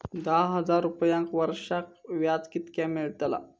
दहा हजार रुपयांक वर्षाक व्याज कितक्या मेलताला?